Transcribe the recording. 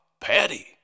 Patty